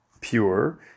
pure